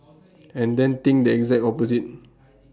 and then think the exact opposite